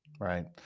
Right